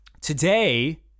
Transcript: Today